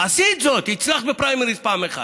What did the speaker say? עשית זאת, הצלחת בפריימריז פעם אחת.